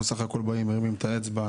שאנחנו בסך הכול באים ומרימים את האצבע.